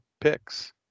picks